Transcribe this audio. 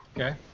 Okay